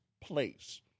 place